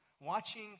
watching